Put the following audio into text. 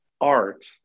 art